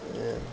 ya